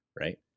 right